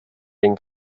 den